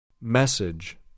Message